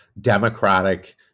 democratic